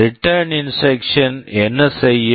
return return instruction instruction என்ன செய்யும்